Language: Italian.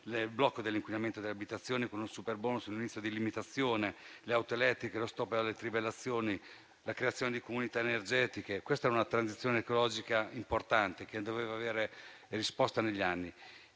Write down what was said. sul blocco dell'inquinamento nelle abitazioni, con un superbonus e un inizio di limitazione, con le auto elettriche, con lo stop alle trivellazioni e la creazione di comunità energetiche. Era un progetto di transizione ecologica importante, che doveva trovare risposta negli anni.